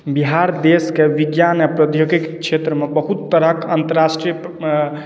बिहार देशके विज्ञान आओर प्रौद्यौगिकी क्षेत्रमे बहुत तरहके अन्तराष्ट्रीय